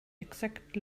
exact